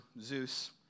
Zeus